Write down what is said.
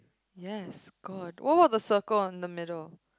yes god what was the circle on the middle